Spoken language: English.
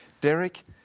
Derek